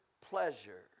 pleasure